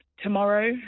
Tomorrow